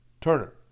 Turner